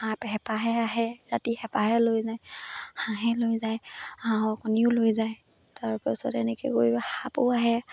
হাঁহ হেঁপাহে আহে ৰাতি হেঁপাহে লৈ যায় হাঁহে লৈ যায় হাঁহৰ কণীও লৈ যায় তাৰপাছত এনেকৈ কৰি সাপো আহে